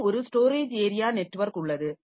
மேலும் ஒரு storage area network உள்ளது